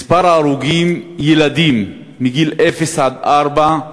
מספר ההרוגים, ילדים מגיל אפס עד ארבע,